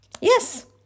Yes